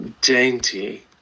dainty